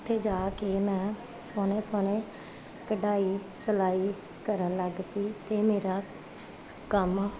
ਉੱਥੇ ਜਾ ਕੇ ਮੈਂ ਸੋਹਣੇ ਸੋਹਣੇ ਕਢਾਈ ਸਿਲਾਈ ਕਰਨ ਲੱਗ ਪਈ ਅਤੇ ਮੇਰਾ ਕੰਮ